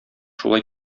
шулай